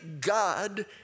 God